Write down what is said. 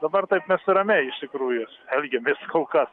dabar taip mes ramiai iš tikrųjų elgiamės kol kas